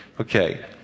Okay